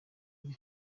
kuri